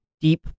deep